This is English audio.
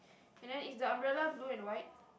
and then is the umbrella blue and white